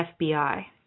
FBI